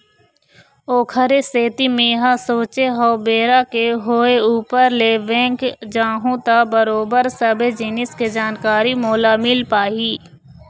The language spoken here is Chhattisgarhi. ओखरे सेती मेंहा सोचे हव बेरा के होय ऊपर ले बेंक जाहूँ त बरोबर सबे जिनिस के जानकारी मोला मिल पाही